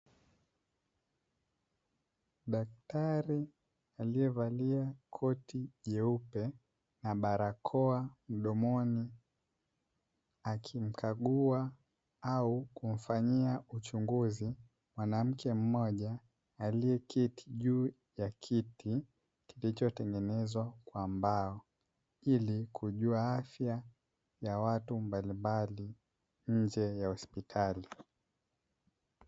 Daktari aliyevalia koti jeupe na barakoa mdomoni, akimkagua au kumfanyia uchunguzi mwanamke mmoja aliyeketi juu ya kiti kilichotengenezwa kwa mbao, ili kujua afya ya watu mbalimbali nje ya hospitali.